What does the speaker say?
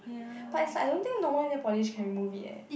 but it's like I don't think normal nail polish can remove it eh